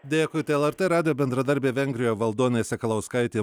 dėkui tai lrt radijo bendradarbė vengrijoje valdonė sakalauskaitė